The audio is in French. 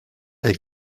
est